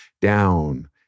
down